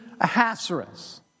Ahasuerus